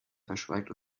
verschweigt